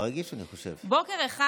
בוקר אחד,